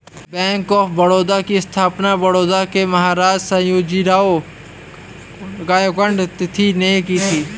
bank of Baroda की स्थापना बड़ौदा के महाराज सयाजीराव गायकवाड तृतीय ने की थी